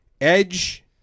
Edge